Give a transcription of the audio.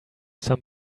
some